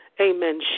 Amen